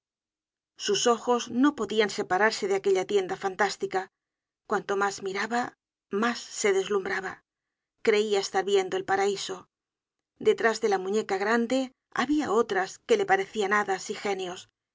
sus ojos no podian separarse de aquella tienda fantástica cuanto mas migaba mas se deslumbraba creia estar viendo el paraiso detrás de la muñeca grande habia otras que le parecian hadas y genios